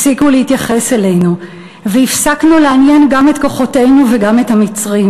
הפסיקו להתייחס אלינו והפסקנו לעניין גם את כוחותינו וגם את המצרים.